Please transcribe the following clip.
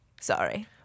Sorry